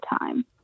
time